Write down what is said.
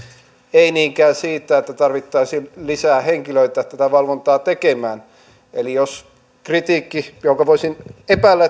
ei niinkään siitä että tarvittaisiin lisää henkilöitä tätä valvontaa tekemään eli jos kritiikki jota voisin epäillä